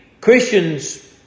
Christians